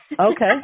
okay